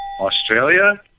Australia